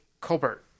Colbert